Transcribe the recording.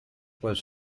was